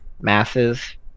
masses